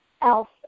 else